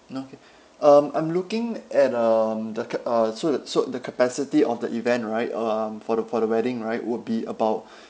okay um I'm looking at um the ca~ uh so the so the capacity of the event right um for the for the wedding right would be about